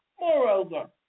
Moreover